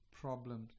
problems